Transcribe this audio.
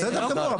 בסדר גמור,